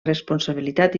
responsabilitat